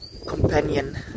companion